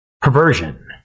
perversion